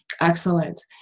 excellent